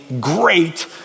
great